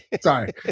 Sorry